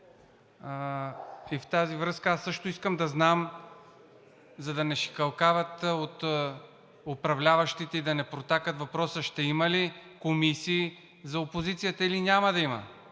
И в тази връзка аз също искам да знам, за да не шикалкавят от управляващите и да не протакат въпроса: ще има ли комисии за опозицията, или няма да има